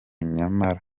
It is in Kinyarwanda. nyamara